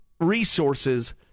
resources